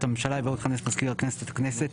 הממשלה' יבוא 'יכנס מזכיר הכנסת את הכנסת'.